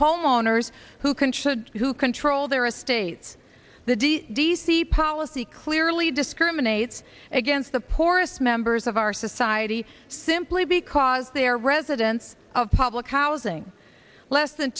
homeowners who can should control their estates the d d c policy clearly discriminates against the poorest members of our society simply because they are residents of public housing less than